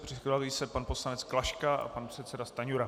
Připraví se pan poslanec Klaška a pan předseda Stanjura.